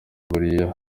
buriya